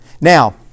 now